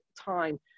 time